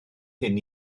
hyn